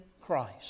Christ